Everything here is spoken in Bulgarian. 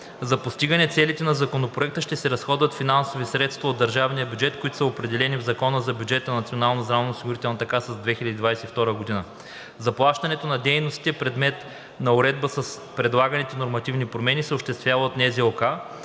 За постигане целите на Законопроекта ще се разходват финансови средства от държавния бюджет, които са определени в Закона за бюджета на Националната здравноосигурителна каса за 2022 г. Заплащането на дейностите, предмет на уредба с предлаганите нормативни промени, се осъществява от НЗОК,